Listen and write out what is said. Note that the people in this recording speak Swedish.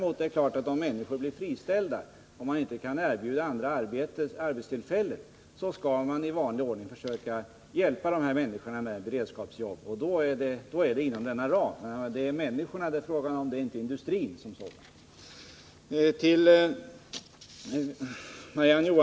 Om människor däremot blir friställda och man inte kan erbjuda andra arbetstillfällen, skall man naturligtvis i vanlig ordning försöka hjälpa dem med beredskapsjobb, och då ligger det inom denna ram. Det är människorna det är fråga om och inte industrin som sådan.